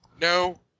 No